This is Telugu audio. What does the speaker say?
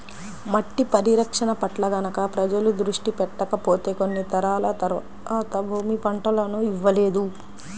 మట్టి పరిరక్షణ పట్ల గనక ప్రజలు దృష్టి పెట్టకపోతే కొన్ని తరాల తర్వాత భూమి పంటలను ఇవ్వలేదు